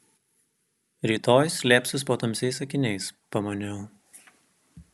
rytoj slėpsis po tamsiais akiniais pamaniau